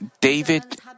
David